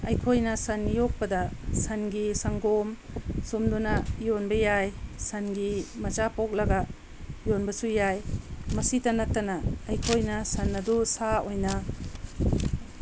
ꯑꯩꯈꯣꯏꯅ ꯁꯟ ꯌꯣꯛꯄꯗ ꯁꯟꯒꯤ ꯁꯪꯒꯣꯝ ꯁꯨꯝꯗꯨꯅ ꯌꯣꯟꯕ ꯌꯥꯏ ꯁꯟꯒꯤ ꯃꯆꯥ ꯄꯣꯛꯂꯒ ꯌꯣꯟꯕꯁꯨ ꯌꯥꯏ ꯃꯁꯤꯗ ꯅꯠꯇꯅ ꯑꯩꯈꯣꯏꯅ ꯁꯟ ꯑꯗꯨ ꯁꯥ ꯑꯣꯏꯅ